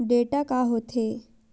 Data का होथे?